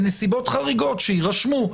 בנסיבות חריגות שיירשמו.